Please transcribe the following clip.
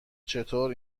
چطور